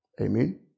Amen